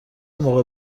موقع